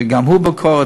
שגם הוא ביקורת,